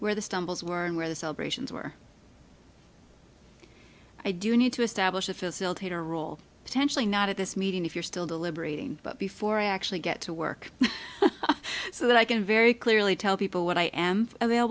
the stumbles were and where the celebrations were i do need to establish a facilitator role potentially not at this meeting if you're still deliberating but before i actually get to work so that i can very clearly tell people what i am avail